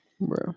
Bro